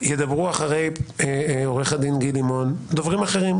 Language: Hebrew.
ידברו אחרי עו"ד גיל לימון דוברים אחרים,